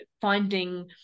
finding